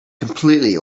completely